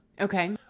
Okay